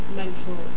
mental